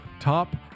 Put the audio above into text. top